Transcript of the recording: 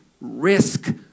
risk